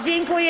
Dziękuję.